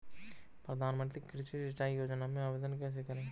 प्रधानमंत्री कृषि सिंचाई योजना में आवेदन कैसे करें?